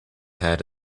had